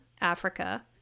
Africa